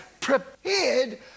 prepared